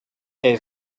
est